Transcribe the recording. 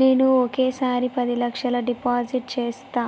నేను ఒకేసారి పది లక్షలు డిపాజిట్ చేస్తా